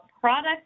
products